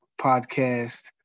Podcast